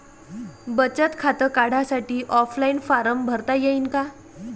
बचत खातं काढासाठी ऑफलाईन फारम भरता येईन का?